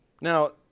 Now